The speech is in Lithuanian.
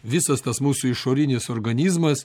visas tas mūsų išorinis organizmas